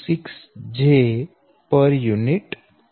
826 pu છે